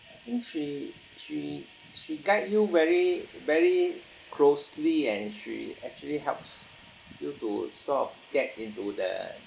I think she she she guide you very very closely and she actually helps you to sort of get into the